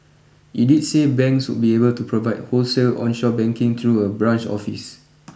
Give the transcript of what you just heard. it did say banks would be able to provide wholesale onshore banking through a branch office